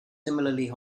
similarly